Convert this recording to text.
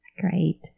Great